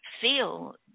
feel